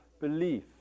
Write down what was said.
belief